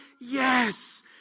Yes